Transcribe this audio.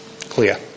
clear